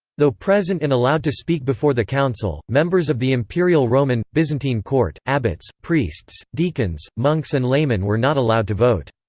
though present and allowed to speak before the council, members of the imperial roman byzantine court, abbots, priests, deacons, monks and laymen were not allowed to vote.